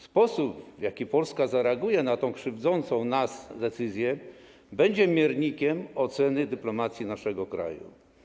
Sposób, w jaki Polska zareaguje na tę krzywdzącą nas decyzję, będzie miernikiem oceny dyplomacji naszego kraju.